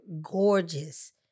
gorgeous